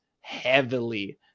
heavily